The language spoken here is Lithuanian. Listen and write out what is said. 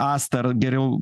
asta ar geriau